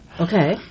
Okay